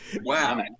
Wow